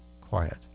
quiet